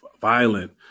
violent